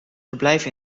verblijf